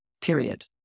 Period